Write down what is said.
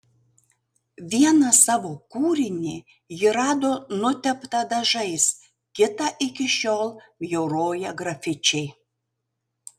vieną savo kūrinį ji rado nuteptą dažais kitą iki šiol bjauroja grafičiai